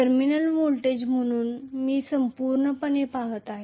terminal voltage म्हणून मी संपूर्णपणे पहात आहे